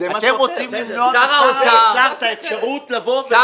אתם רוצים למנוע משר האוצר את האפשרות לבוא ולשאול אותו.